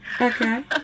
Okay